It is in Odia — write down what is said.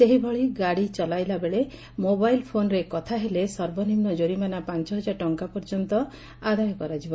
ସେହିଭଳି ଗାଡ଼ି ଚଲାଇଲା ବେଳେ ମୋବାଇଲ୍ ଫୋନ୍ରେ କଥା ହେଲେ ସର୍ବନିମ୍ନ ଜୋରିମାନା ପାଞ ହଜାର ଟଙ୍ଙା ପର୍ଯ୍ୟନ୍ତ ଆଦାୟ କରାଯିବ